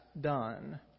done